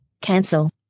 Cancel